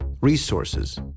resources